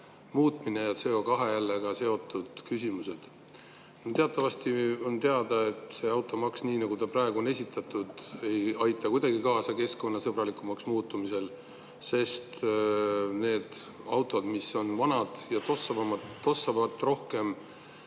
muutumine ja CO2‑ga seotud küsimused. Teatavasti, automaks, nii nagu ta praegu on esitatud, ei aita kuidagi kaasa keskkonnasõbralikumaks muutumisele, sest need autod, mis on vanad ja tossavad rohkem,